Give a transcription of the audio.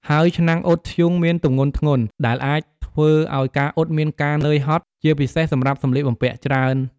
ហើយឆ្នាំងអ៊ុតធ្យូងមានទម្ងន់ធ្ងន់ ដែលអាចធ្វើឲ្យការអ៊ុតមានការនឿយហត់ ជាពិសេសសម្រាប់សម្លៀកបំពាក់ច្រើន។